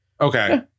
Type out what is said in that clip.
Okay